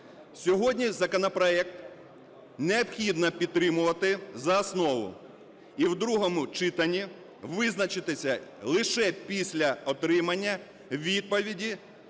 Сьогодні законопроект необхідно підтримувати за основу. І в другому читанні визначитися лише після отримання відповіді